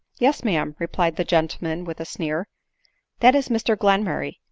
yes, ma'am, replied the gentleman with a sneer that is mr glenmurray,